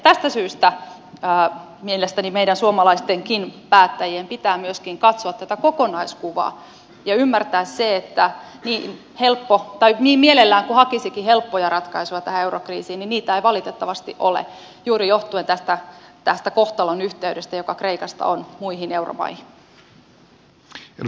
tästä syystä mielestäni meidän suomalaistenkin päättäjien pitää myöskin katsoa tätä kokonaiskuvaa ja ymmärtää se että niin mielellään kuin hakisikin helppoja ratkaisuja tähän eurokriisiin niitä ei valitettavasti ole johtuen juuri tästä kohtalonyhteydestä joka kreikasta on muihin euromaihin